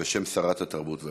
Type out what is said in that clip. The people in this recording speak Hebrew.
בשם שרת התרבות והספורט.